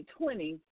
2020